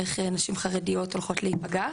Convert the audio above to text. איך נשים חרדיות הולכות להיפגע.